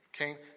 Okay